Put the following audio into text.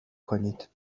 کنید